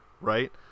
right